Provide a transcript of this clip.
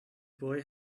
boy